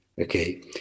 Okay